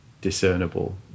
discernible